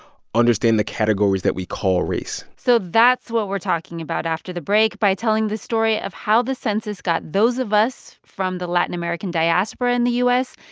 understand the categories that we call race so that's what we're talking about after the break by telling the story of how the census got those of us from the latin american diaspora in the u s.